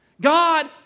God